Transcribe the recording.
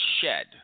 shed